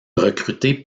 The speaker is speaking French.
recruté